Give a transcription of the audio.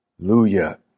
hallelujah